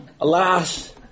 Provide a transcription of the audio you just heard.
Alas